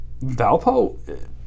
Valpo